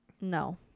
No